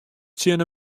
tsjin